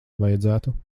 vajadzētu